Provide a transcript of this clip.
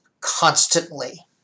constantly